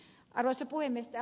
arvoisa puhemies